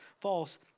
false